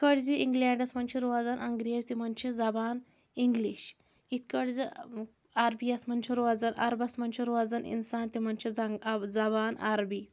یِتھ کٲٹھۍ زِ اِنٛگلینڈَس منٛز چھِ روزَان انگرَیٚز تِمَن چھِ زبان اِنٛگلِش یِتھ کٲٹھۍ زِ عربی یَس منٛز چھُ روزان عربَس منٛز چھُ روزَان اِنسان تِمن چھِ زبان عربی